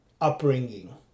upbringing